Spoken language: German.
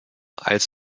als